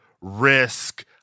risk